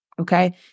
okay